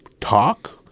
talk